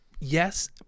yes